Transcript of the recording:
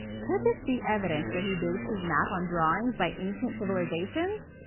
could this be evidence that he based his map on drawings by ancient civilisations?